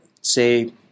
say